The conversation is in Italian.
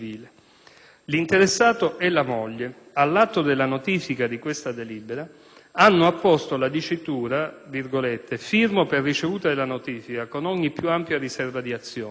L'interessato e la moglie, all'atto della notifica di questa delibera, hanno apposto la dicitura «firmo per ricevuta della notifica con ogni più ampia riserva di azione».